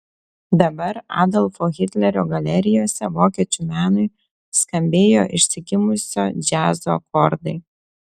dabar adolfo hitlerio galerijose vokiečių menui skambėjo išsigimusio džiazo akordai